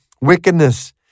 wickedness